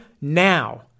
now